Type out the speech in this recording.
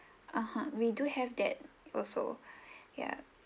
(uh huh) we do have that also ya